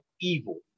evil